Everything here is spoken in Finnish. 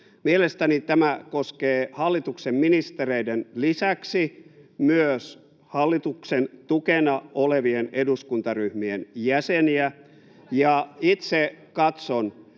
Mielestäni tämä koskee hallituksen ministereiden lisäksi myös hallituksen tukena olevien eduskuntaryhmien jäseniä. Itse katson,